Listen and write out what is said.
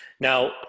Now